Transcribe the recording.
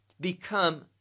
become